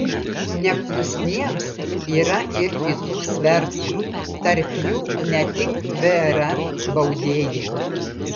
neklusniems yra ir kitų svertų tarp jų ne tik vrm baudėjai